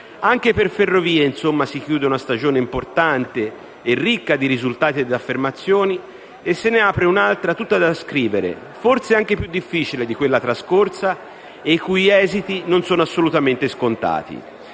Anche per Ferrovie dello Stato, insomma, si chiude una stagione importante e ricca di risultati e di affermazioni e se ne apre un'altra tutta da scrivere, forse anche più difficile di quella trascorsa e i cui esiti non sono assolutamente scontati.